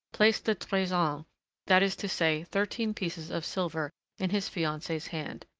placed the treizain that is to say, thirteen pieces of silver in his fiancee's hand.